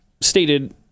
stated